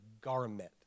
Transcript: garment